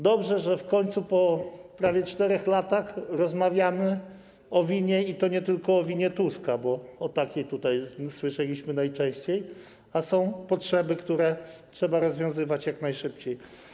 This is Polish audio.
Dobrze, że w końcu po prawie 4 latach rozmawiamy o winie, i to nie tylko o winie Tuska, bo o takiej tutaj słyszeliśmy najczęściej, to są potrzeby, problemy które trzeba rozwiązać jak najszybciej.